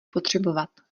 potřebovat